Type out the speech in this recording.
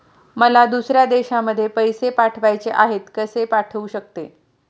मला दुसऱ्या देशामध्ये पैसे पाठवायचे आहेत कसे पाठवू शकते?